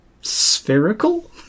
spherical